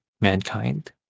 mankind